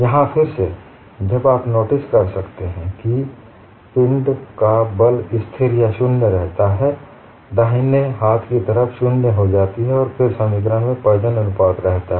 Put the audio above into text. यहां फिर से जब आप नोटिस कर सकते हैं पिंड का बल स्थिर या शून्य रहता है दाहिने हाथ की तरफ शून्य हो जाती है फिर भी समीकरण में पॉइसन अनुपात रहता है